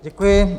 Děkuji.